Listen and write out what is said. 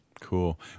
cool